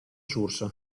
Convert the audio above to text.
source